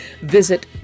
Visit